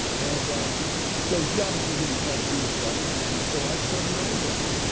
and so she obviously didn't call the beatles up. and so i started my own band.